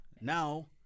now